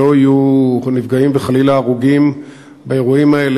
שלא יהיו נפגעים וחלילה הרוגים באירועים האלה,